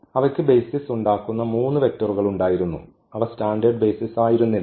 അവയ്ക്ക് ബെയ്സിസ് ഉണ്ടാക്കുന്ന 3 വെക്റ്ററുകൾ ഉണ്ടായിരുന്നു അവ സ്റ്റാൻഡേർഡ് ബെയ്സിസ് ആയിരുന്നില്ല